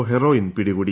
heroin പിടികൂടി